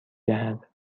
دهد